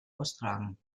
austragen